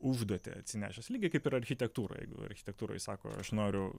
užduotį atsinešęs lygiai kaip ir architektūroj architektūroj sako aš noriu